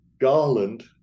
Garland